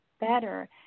better